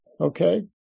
Okay